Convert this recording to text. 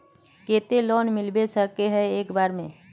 केते लोन मिलबे सके है एक बार में?